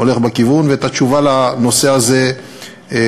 הוא הולך בכיוון, ואת התשובה בנושא הזה נתתי.